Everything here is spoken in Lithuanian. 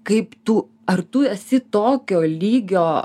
kaip tu ar tu esi tokio lygio